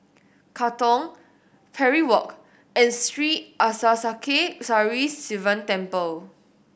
Katong Parry Walk and Sri Arasakesari Sivan Temple